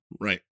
Right